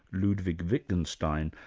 ludwig wittgenstein,